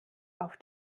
auf